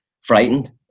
frightened